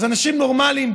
אז אנשים נורמליים,